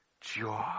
Joy